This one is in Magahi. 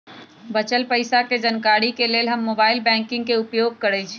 बच्चल पइसा के जानकारी के लेल हम मोबाइल बैंकिंग के उपयोग करइछि